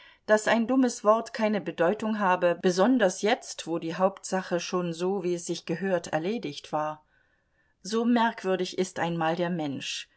daß ein dummes wort keine bedeutung habe besonders jetzt wo die hauptsache schon so wie es sich gehört erledigt war so merkwürdig ist einmal der mensch